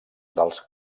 dels